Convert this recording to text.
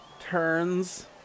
turns